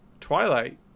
Twilight